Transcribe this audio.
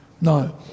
No